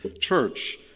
church